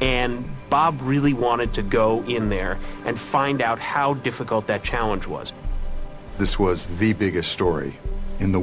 and bob really wanted to go in there and find out how difficult that challenge was this was the biggest story in the